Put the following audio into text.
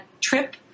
trip